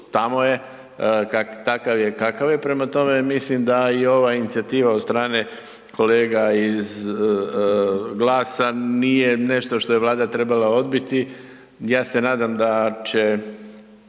Tamo je, takav je kakav je, prema tome, mislim da i ova inicijativa od strane kolega iz GLAS-a nije nešto što je Vlada trebala odbiti. Ja se nadam da će